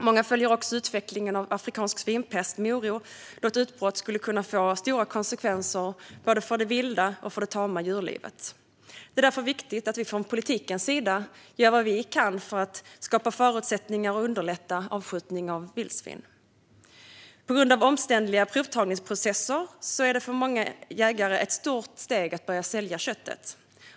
Många följer också utvecklingen av afrikansk svinpest med oro, då ett utbrott skulle kunna få stora konsekvenser för både det vilda och det tama djurlivet. Det är därför viktigt att vi från politikens sida gör vad vi kan för att skapa förutsättningar och underlätta avskjutning av vildsvin. På grund av omständliga provtagningsprocesser är det för många jägare ett stort steg att börja sälja köttet.